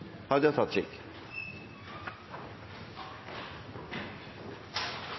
Hadia Tajik